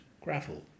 gravel